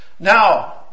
Now